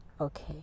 okay